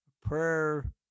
Prayer